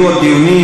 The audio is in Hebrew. יהיו עוד דיונים,